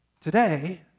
Today